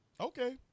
Okay